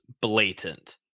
blatant